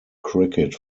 cricket